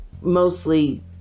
mostly